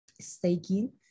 staking